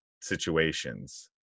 situations